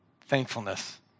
Thankfulness